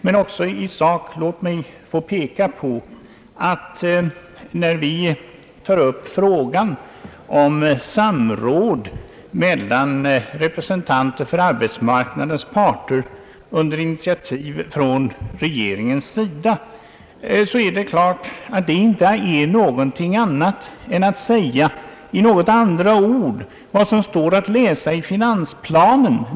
Men när vi tar upp frågan om samråd mellan representanter för arbetsmarknadens parter under initiativ från regeringens sida, så är detta ingenting annat än att med andra ord säga vad som står att läsa i finansplanen.